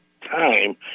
time